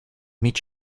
meet